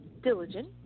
diligent